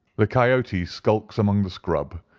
the coyote skulks among the scrub,